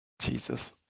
Jesus